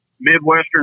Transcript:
Midwestern